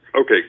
okay